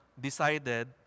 decided